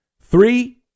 Three